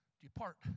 depart